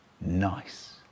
Nice